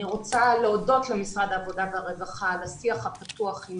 אני רוצה להודות למשרד העבודה והרווחה על השיח הפתוח עם